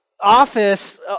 office